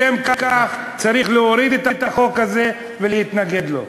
לשם כך צריך להוריד את החוק הזה ולהתנגד לו.